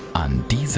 and